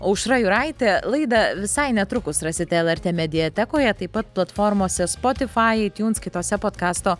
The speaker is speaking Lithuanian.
aušra juraitė laidą visai netrukus rasite lrt mediatekoje taip pat platformose spotifai aitjūns kitose podkasto